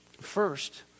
First